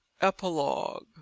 epilogue